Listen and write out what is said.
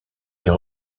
est